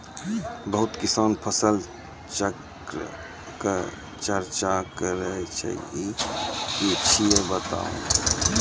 बहुत किसान फसल चक्रक चर्चा करै छै ई की छियै बताऊ?